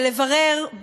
ולברר,